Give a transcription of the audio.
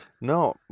No